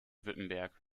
württemberg